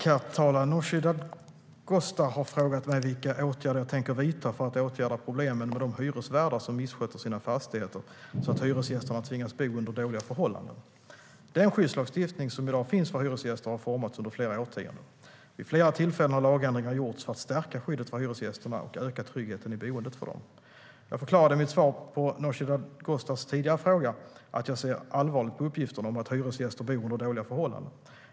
Herr talman! Nooshi Dadgostar har frågat mig vilka åtgärder jag tänker vidta för att åtgärda problemen med de hyresvärdar som missköter sina fastigheter så att hyresgästerna tvingas bo under dåliga förhållanden. Den skyddslagstiftning som i dag finns för hyresgäster har formats under flera årtionden. Vid flera tillfällen har lagändringar gjorts för att stärka skyddet för hyresgästerna och öka tryggheten i boendet för dem. Jag förklarade i mitt svar på Nooshi Dadgostars tidigare fråga att jag ser allvarligt på uppgifterna om att hyresgäster bor under dåliga förhållanden.